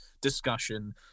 discussion